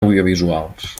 audiovisuals